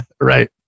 Right